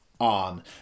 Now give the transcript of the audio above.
on